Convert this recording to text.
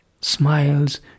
smiles